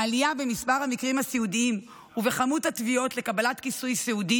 העלייה במספר המקרים הסיעודיים ובמספר התביעות לקבלת כיסוי סיעודי